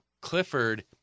Clifford